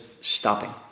stopping